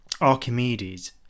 Archimedes